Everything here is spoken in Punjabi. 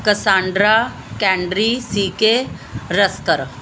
ਕਸਾਂਡਰਾ ਕੈਂਡਰੀ ਸੀਕੇ ਰਸਤਰ